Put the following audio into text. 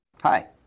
Hi